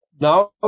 now